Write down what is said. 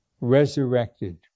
resurrected